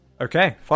Okay